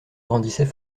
grandissait